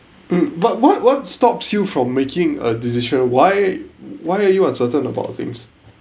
mm what what what stops you from making a decision why why are you uncertain about things